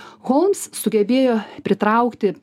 holms sugebėjo pritraukti